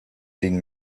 been